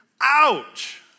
Ouch